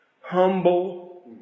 humble